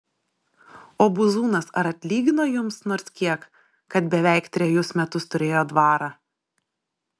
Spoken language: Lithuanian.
o buzūnas ar atlygino jums nors kiek kad beveik trejus metus turėjo dvarą